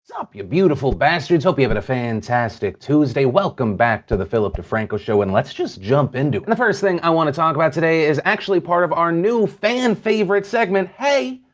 sup, you beautiful bastards. hope you having a fantastic tuesday. welcome back to the philip defranco show, and let's just jump into it. and the first thing i want to talk about today is actually part of our new fan favorite segment, hey!